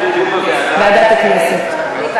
ועדת הכנסת.